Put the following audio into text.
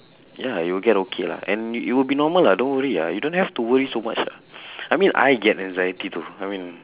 ya you will get okay lah and you you will be normal lah don't worry ah you don't have to worry so much lah I mean I get anxiety too I mean